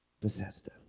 Bethesda